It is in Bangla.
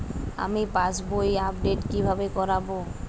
আমি পাসবই আপডেট কিভাবে করাব?